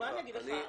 מה אני אגיד לך,